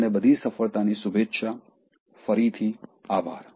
તમને બધી સફળતાની શુભેચ્છા ફરીથી આભાર